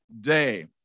day